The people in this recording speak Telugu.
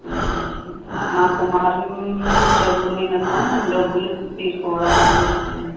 మా కుమారుడికి చదువు నిమిత్తం డబ్బులు తీసుకోవడానికి వచ్చానండి